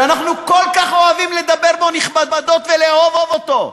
שאנחנו כל כך אוהבים לדבר בו נכבדות ולאהוב אותו?